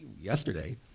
yesterday